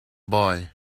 boy